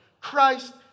Christ